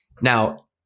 Now